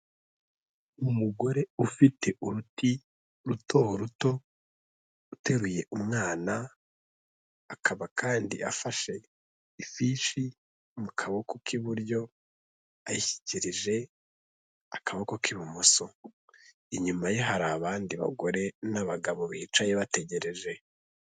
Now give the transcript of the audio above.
Umugore ufite uruti ruto ruto, uteruye umwana, akaba kandi afashe ifishi mu kaboko k'iburyo, ayishyikirije akaboko k'ibumoso, inyuma ye hari abandi bagore n'abagabo bicaye bategereje.